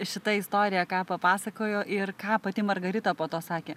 šita istorija ką papasakojo ir ką pati margarita po to sakė